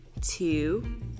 two